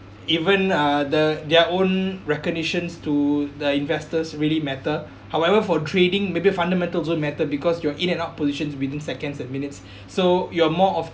even uh the their own recognition to the investors really matter however for trading maybe fundamentals don't matter because you are in and out positions within seconds and minutes so you're more of